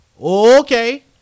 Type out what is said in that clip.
Okay